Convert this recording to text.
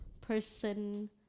person